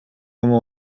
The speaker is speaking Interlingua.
como